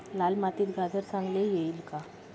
लाल मातीत गाजर चांगले येईल का?